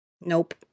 Nope